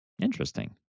Interesting